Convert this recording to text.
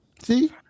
See